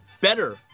better